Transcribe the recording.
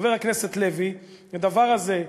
חבר הכנסת לוי, הדבר הזה,